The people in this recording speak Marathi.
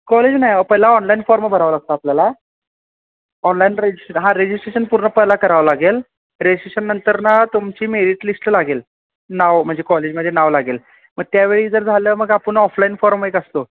कॉलेज नाही पहिला ऑनलाईन फॉर्म भरावं लागतं आपल्याला ऑनलाईन रजिस्ट हा रेजिस्ट्रेशन पूर्ण पहिला करावं लागेल रेजिस्ट्रेशन नंतर ना तुमची मेरिट लिस्ट लागेल नाव म्हणजे कॉलेजमध्ये नाव लागेल मग त्यावेळी जर झालं मग आपण ऑफलाईन फॉर्म एक असतो